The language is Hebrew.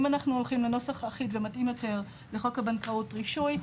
אם אנחנו הולכים נוסח אחיד ומתאים יותר לחוק הבנקאות רישוי,